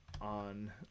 on